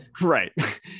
Right